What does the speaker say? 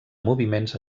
moviments